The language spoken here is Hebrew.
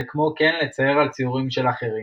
וכמו כן לצייר על ציורים של אחרים.